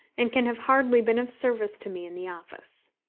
and can have hardly been of service to me in the office.